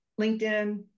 LinkedIn